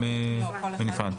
(מ/1597),